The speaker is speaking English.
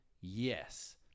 yes